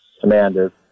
commander